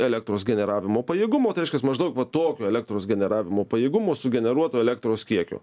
elektros generavimo pajėgumų tai reiškias maždaug po tokio elektros generavimo pajėgumo sugeneruoto elektros kiekio